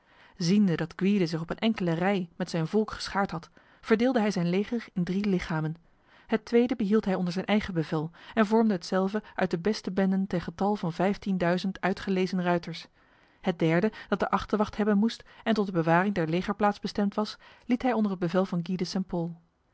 ziende dat gwyde zich op een enkele rij met zijn volk geschaard had verdeelde hij zijn leger in drie lichamen het tweede behield hij onder zijn eigen bevel en vormde hetzelve uit de beste benden ten getale van vijftienduizend uitgelezen ruiters het derde dat de achterwacht hebben moest en tot de bewaring der legerplaats bestemd was liet hij onder het bevel van